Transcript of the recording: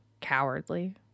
Cowardly